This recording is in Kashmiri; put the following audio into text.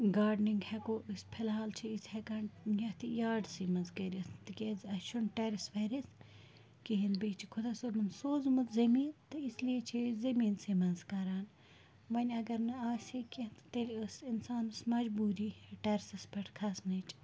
گاڈنِنٛگ ہٮ۪کو أسۍ فِلحال چھِ أسۍ ہٮ۪کان یَتھ یاڈسٕے منٛز کٔرِتھ تِکیٛازِ اَسہِ چھُنہٕ ٹٮ۪رِس وٮ۪رِس کِہیٖنۍ بیٚیہِ چھِ خۄدا صٲبَن سوٗزمُت زمیٖن تہٕ اس لیے چھِ أسۍ زٔمیٖنسٕے منٛز کران وۄنۍ اگر نہٕ آسہِ ہے کیٚنہہ تہٕ تیٚلہِ ٲس اِنسانَس مجبوٗری ٹٮ۪رِسَس پٮ۪ٹھ کھَسنٕچ